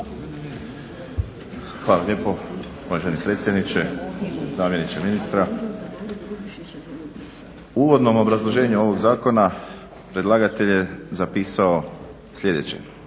Hvala lijepo. Uvaženi predsjedniče, zamjeniče ministra. U uvodnom obrazloženju ovoga zakona predlagatelj je zapisao sljedeće